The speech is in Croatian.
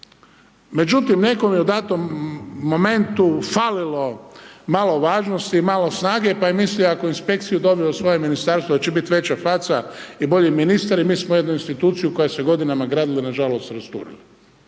Međutim, nekom je u datom momentu falilo, malo važnosti, malo snage, pa je mislio ako je inspekciju doveo u svoje ministarstvo, da će biti veća faca i bolji ministar i mi smo jednu instituciju, koja se godinama gradila nažalost …/Govornik